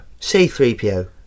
C3PO